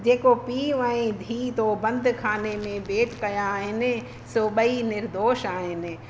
जेको पीउ ऐं धीउ थो बंदि खाने में बेप कया आहिनि सो ॿई निर्दोष आहिनि